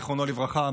זיכרונו לברכה,